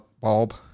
Bulb